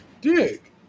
Dig